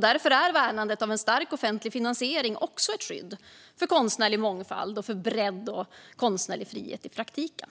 Därför är värnandet av en stark offentlig finansiering också ett skydd för konstnärlig mångfald, bredd och konstnärlig frihet i praktiken.